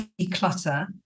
declutter